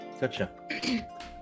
Gotcha